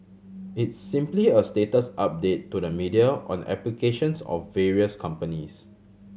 it's simply a status update to the media on the applications of various companies